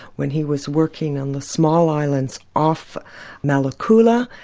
when he was working on the small islands off malekula,